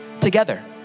together